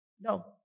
No